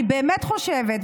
אני באמת חושבת,